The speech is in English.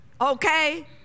Okay